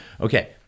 Okay